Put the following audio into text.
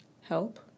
help